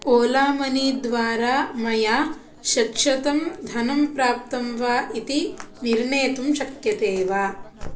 Ola money द्वारा मया षट्शतम् धनं प्राप्तं वा इति निर्णेतुं शक्यते वा